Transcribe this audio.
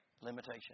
limitation